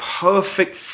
perfect